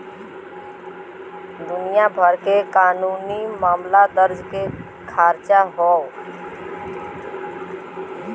दुनिया भर के कानूनी मामला दर्ज करे के खांचा हौ